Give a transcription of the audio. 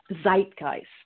zeitgeist